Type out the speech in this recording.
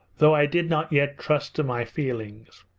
though i did not yet trust to my feelings.